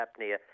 apnea